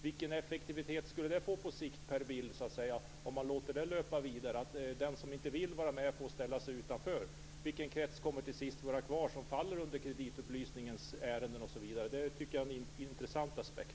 Vilken effektivitet skulle det leda till på sikt, Per Bill, om man låter den idén löpa vidare att den som inte vill vara med får ställa sig utanför? Vilken krets kommer till sist att vara kvar och falla under kreditupplysningen? Det tycker jag är en intressant aspekt.